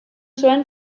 zuen